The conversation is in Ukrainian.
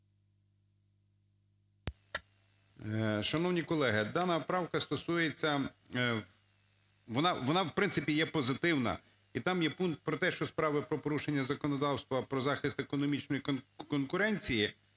Шановні колеги, дана правка стосується, вона в принципі є позитивна, і там є пункт про те, що справи про порушення законодавства про захист економічної конкуренції